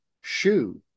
shoe